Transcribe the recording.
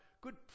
good